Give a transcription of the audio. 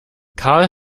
karl